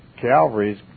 Calvary's